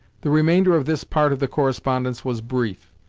the remainder of this part of the correspondence was brief,